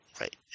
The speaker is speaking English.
right